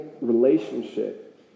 relationship